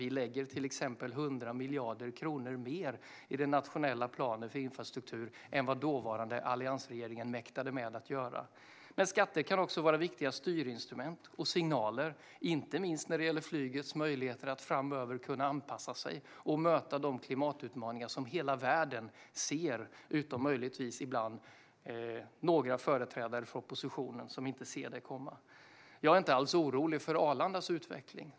Vi avsätter till exempel 100 miljarder kronor mer i den nationella planen för infrastruktur än vad den dåvarande alliansregeringen mäktade med att göra. Skatter kan också vara viktiga styrinstrument och signaler, inte minst när det gäller flygets möjligheter att framöver kunna anpassa sig och möta de klimatutmaningar som hela världen ser, utom möjligtvis ibland några företrädare för oppositionen. Jag är inte alls orolig för Arlandas utveckling.